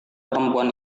perempuan